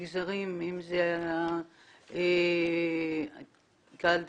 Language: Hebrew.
מגזרים, אם זה קהל דתי,